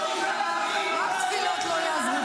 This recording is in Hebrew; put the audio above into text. --- רק תפילות לא יעזרו